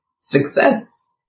success